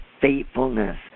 faithfulness